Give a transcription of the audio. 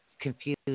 confused